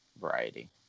variety